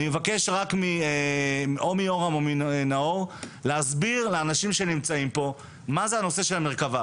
אני מבקש מיורם או נאור להסביר לאנשים שנמצאים פה מהו נושא המרכב"ה,